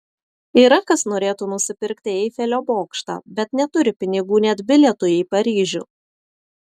yra kas norėtų nusipirkti eifelio bokštą bet neturi pinigų net bilietui į paryžių